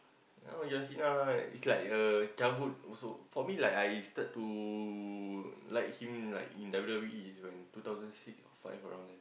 now John Cena is like a childhood also for me like I start to like him like in W_W_E when in two thousand five or six around there